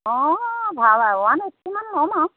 অঁ ভাল আৰু ওৱান এইট্টিমান ল'ম আৰু